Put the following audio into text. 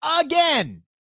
again